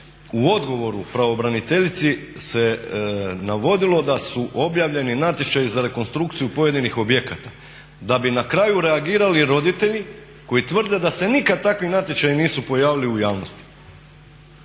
u odgovoru pravobraniteljici se navodilo da su objavljeni natječaji za rekonstrukciju pojedinih objekata, da bi na kraju reagirali roditelji koji tvrde da se nikad takvi natječaji nisu pojavili u javnosti.